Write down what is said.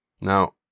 Now